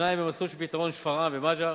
שניים במסלול של פתרון: שפרעם ומע'אר,